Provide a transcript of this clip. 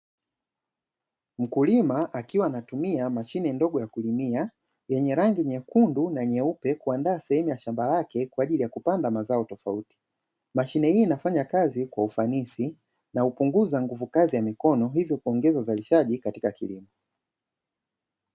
Mkulima akiwa anatumia machine ndogo ya kulitumia miradi nyekundu na nyeupe, kuandaa sehemu ya shaba yake kwa ajili ya kupanda mazao tofauti mashine hii inafanya kazi kwa ufanisi na kupunguza nguvu kazi ya mikono, hivi kuongeza uzalishaji katika kilimo.